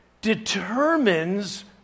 determines